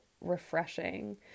refreshing